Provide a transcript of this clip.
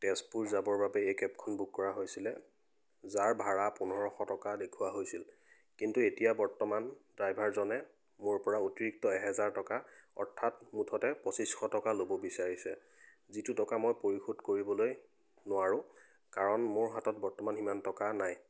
তেজপুৰ যাবৰ বাবে এই কেবখন বুক কৰা হৈছিলে যাৰ ভাড়া পোন্ধৰশ টকা দেখুওৱা হৈছিল কিন্তু এতিয়া বৰ্তমান ড্ৰাইভাৰজনে মোৰপৰা অতিৰিক্ত এহেজাৰ টকা অৰ্থাৎ মুঠতে পঁচিছশ টকা ল'ব বিচাৰিছে যিটো টকা মই পৰিশোধ কৰিবলৈ নোৱাৰোঁ কাৰণ মোৰ হাতত বৰ্তমান সিমান টকা নাই